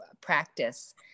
practice